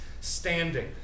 standing